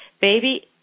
baby